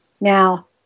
Now